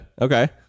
Okay